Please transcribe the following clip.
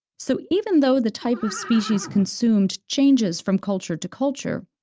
so even though the type of species consumed changes from culture to culture,